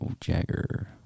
Jagger